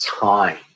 time